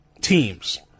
teams